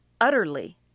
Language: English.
utterly